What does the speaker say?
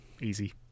easy